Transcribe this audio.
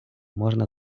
можна